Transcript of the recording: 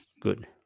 Good